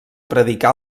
predicar